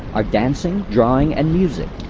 are dancing, drawing, and music.